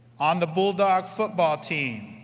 on the bulldog football team,